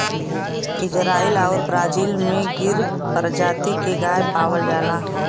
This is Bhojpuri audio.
इजराइल आउर ब्राजील में गिर परजाती के गाय पावल जाला